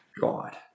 God